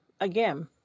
again